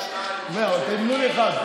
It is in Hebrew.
הסתייגויות לפני סעיף 1, הכול, הכול.